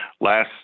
Last